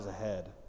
ahead